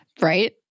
right